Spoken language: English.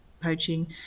poaching